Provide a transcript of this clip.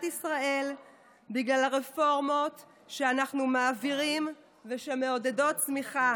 ישראל בגלל הרפורמות שאנחנו מעבירים ושמעודדות צמיחה.